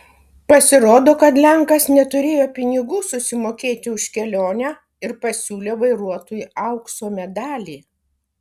pasirodo kad lenkas neturėjo pinigų susimokėti už kelionę ir pasiūlė vairuotojui aukso medalį